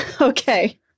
Okay